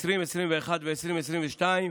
2021 ו-2022),